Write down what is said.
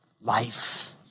life